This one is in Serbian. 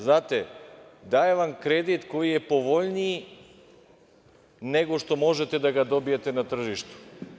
Znate, daju vam kredit koji je povoljniji nego što možete da ga dobijete na tržištu.